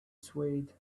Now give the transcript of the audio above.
swayed